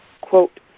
quote